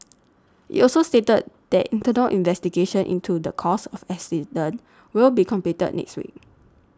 it also stated that internal investigations into the cause of the accident will be completed next week